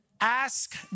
ask